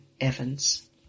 Evans